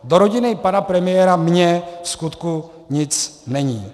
Do rodiny pana premiéra mně vskutku nic není.